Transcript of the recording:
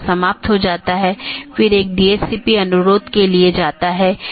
यह मूल रूप से स्केलेबिलिटी में समस्या पैदा करता है